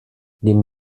neben